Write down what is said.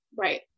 Right